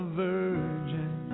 virgin